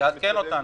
תעדכן אותנו.